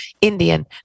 Indian